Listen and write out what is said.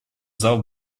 зал